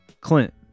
Clint